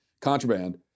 contraband